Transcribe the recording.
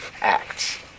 acts